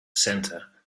center